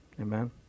Amen